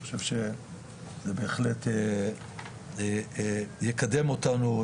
אני חושב שזה בהחלט יקדם אותנו.